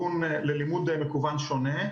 ללימוד מקוון שונה.